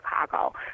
Chicago